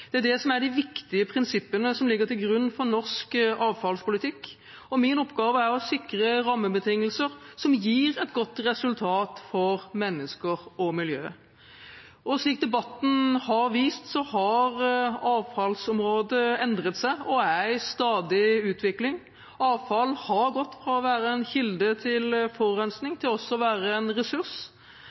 Det er det som er de viktige prinsippene som ligger til grunn for norsk avfallspolitikk, og min oppgave er å sikre rammebetingelser som gir et godt resultat for mennesker og miljøet. Slik debatten har vist, har avfallsområdet endret seg og er i stadig utvikling. Avfall har gått fra å være en kilde til forurensning til også å være en ressurs.